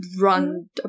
run